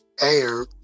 air